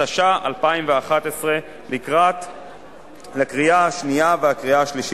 התשע"א 2011. אדוני היושב-ראש, חברות וחברי הכנסת,